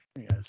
Yes